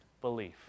belief